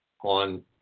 on